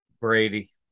Brady